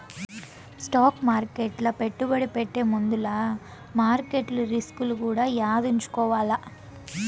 stock మార్కెట్ల పెట్టుబడి పెట్టే ముందుల మార్కెట్ల రిస్కులు కూడా యాదించుకోవాల్ల